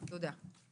תודה.